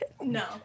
No